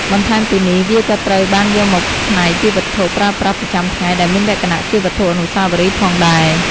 បន្ថែមពីនេះ វាក៏ត្រូវបានយកមកឆ្នៃជាវត្ថុប្រើប្រាស់ប្រចាំថ្ងៃដែលមានលក្ខណៈជាវត្ថុអនុស្សាវរីយ៍ផងដែរ។